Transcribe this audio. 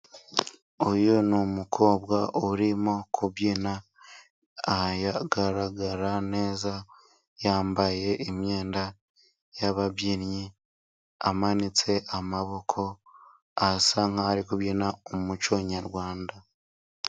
Uyu ni umukobwa urimo kubyina. Aha agaragara neza yambaye imyenda yababyinnyi, amanitse amaboko, asa nkaho ari kubyina umuco nyarwanda.